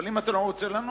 אבל אם אתה לא רוצה לענות,